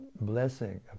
blessing